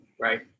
right